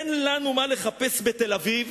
אין לנו מה לחפש בתל-אביב